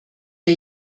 wir